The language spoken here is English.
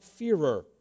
fearer